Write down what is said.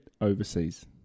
overseas